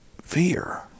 fear